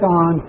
on